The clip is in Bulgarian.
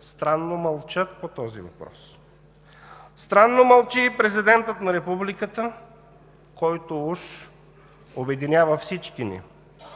странно мълчат по този въпрос. Странно мълчи и президентът на Републиката, който уж обединява всички ни.